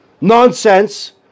nonsense